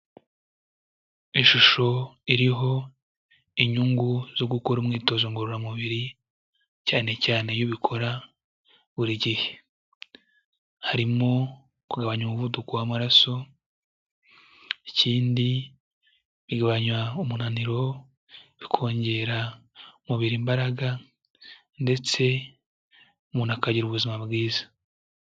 Ishusho iriho inyungu zo gukora imyitozo ngororamubiri, cyane cyane iyo ubikora buri gihe; harimo kugabanya umuvuduko w'amaraso, ikindi bigabanya umunaniro, bikongera umubiri imbaraga ndetse umuntu akagira ubuzima bwiza.